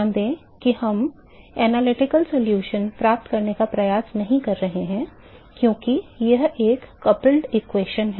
ध्यान दें कि हम विश्लेषणात्मक समाधान प्राप्त करने का प्रयास नहीं कर रहे हैं क्योंकि यह एक युग्मित समीकरण है